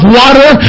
water